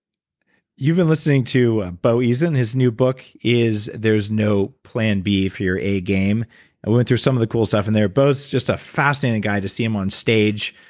you've been listening to bo eason. his new book is there's no plan b for your agame, i went through some of the cool stuff and they're both just a fascinating guy to see him on stage.